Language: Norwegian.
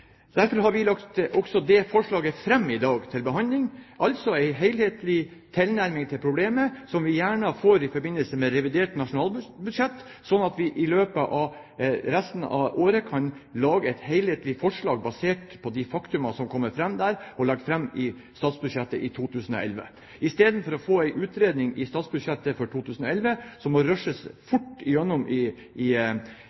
Derfor har vi fremmet et forslag om det i innstillingen vi i dag har til behandling, altså ha en helhetlig tilnærming til problemet – som vi gjerne får i forbindelse med revidert nasjonalbudsjett – slik at vi i løpet av resten av året kan lage et helhetlig forslag basert på de faktaene som kommer fram der, og legge det fram i statsbudsjettet for 2011. Istedenfor å få en utredning i statsbudsjettet for 2011, som må rushes